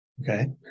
Okay